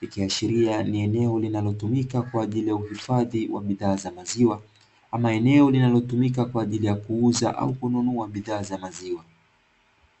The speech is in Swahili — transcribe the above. ikishiria ni eneo linalotumika kwa ajili ya uhifadhi wa bidhaa za maziwa, ama eneo linalotumika kwa ajili ya kuuza au kununua bidhaa za maziwa.